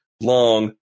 Long